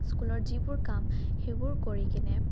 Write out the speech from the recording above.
স্কুলৰ যিবোৰ কাম সেইবোৰ কৰি কিনে